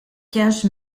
cage